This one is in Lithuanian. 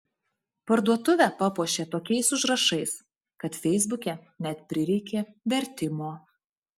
parduotuvę papuošė tokiais užrašais kad feisbuke net prireikė vertimo